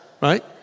right